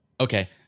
okay